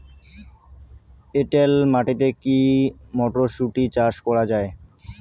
এটেল মাটিতে কী মটরশুটি চাষ করা য়ায়?